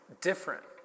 different